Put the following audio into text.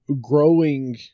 growing